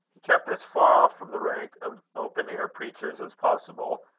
he kept as far off from the rank of open-air preachers as possible,